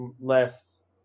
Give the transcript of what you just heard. less